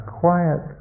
quiet